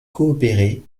coopérer